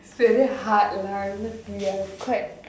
it's very hard lah at least we are quite